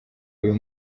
uyu